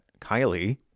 Kylie